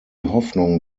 hoffnung